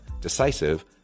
decisive